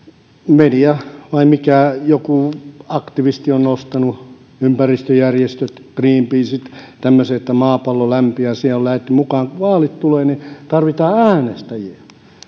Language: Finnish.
media vai mikä joku aktivisti ympäristöjärjestöt greenpeacet ja tämmöiset ovat nostaneet sen että maapallo lämpiää siihen on lähdetty mukaan kun vaalit tulevat niin tarvitaan äänestäjiä